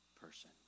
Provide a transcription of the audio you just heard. person